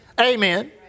Amen